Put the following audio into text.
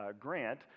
Grant